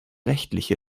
rechtliche